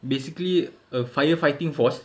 basically a fire fighting force